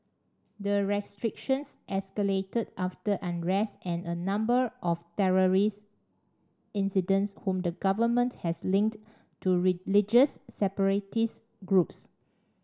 the restrictions escalated after unrest and a number of terrorist incidents whom the government has linked to religious separatist groups